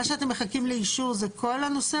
הילה, מה שאתם מחכים לאישור זה כל הנושא?